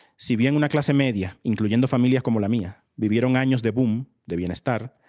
si bien una clase media, incluyendo familias como la mia, vivieron anos de boom, de bienestar,